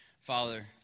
Father